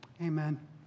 Amen